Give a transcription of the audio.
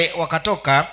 wakatoka